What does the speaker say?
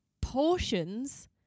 portions